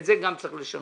גם את זה צריך לשנות.